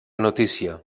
notícia